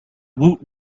woot